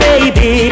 Baby